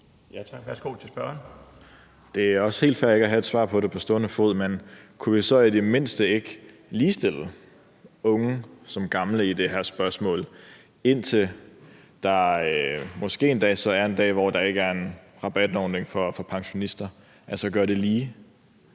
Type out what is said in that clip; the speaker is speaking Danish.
Kl. 17:25 Mads Olsen (SF): Det er også helt fair ikke at have et svar på det på stående fod, men kunne vi så i det mindste ikke ligestille unge og gamle i det her spørgsmål, indtil der måske så kommer en dag, hvor der ikke er en rabatordning for pensionister – altså gøre det lige?